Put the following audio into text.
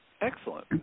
Excellent